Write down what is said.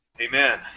Amen